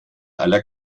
aller